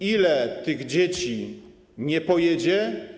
Ile tych dzieci nie pojedzie?